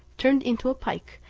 turned into a pike,